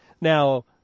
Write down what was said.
Now